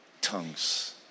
tongues